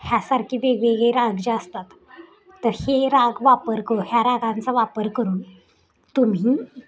ह्यासारखी वेगवेगळे राग जे असतात तर हे राग वापर कर ह्या रागांचा वापर करून तुम्ही